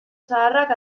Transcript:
zaharrak